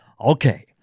Okay